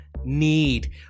need